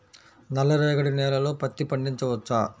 నల్ల రేగడి నేలలో పత్తి పండించవచ్చా?